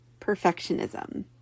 perfectionism